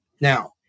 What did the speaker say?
now